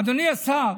אדוני השר,